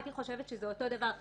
הייתי חושבת שזה אותו דבר,